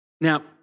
Now